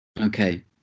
Okay